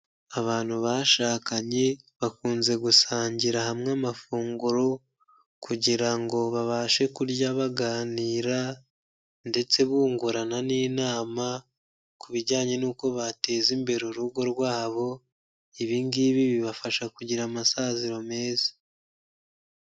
Abantu bashakanye bakunze gusangira hamwe amafunguro kugira ngo babashe kurya baganira ndetse bungurana n'inama ku bijyanye n'uko bateza imbere urugo rwabo, ibi ngibi bibafasha kugira amasaziro meza.